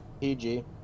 PG